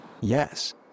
yes